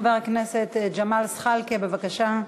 חבר הכנסת ג'מאל זחאלקה, בבקשה,